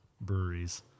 breweries